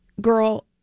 girl